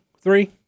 Three